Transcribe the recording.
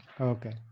Okay